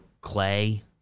Clay